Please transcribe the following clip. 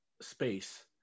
space